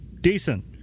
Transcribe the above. decent